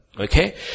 Okay